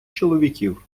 чоловіків